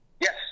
Yes